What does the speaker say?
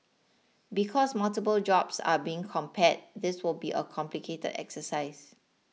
because multiple jobs are being compared this will be a complicated exercise